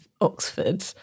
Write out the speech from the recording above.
Oxford